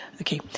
okay